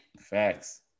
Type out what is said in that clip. Facts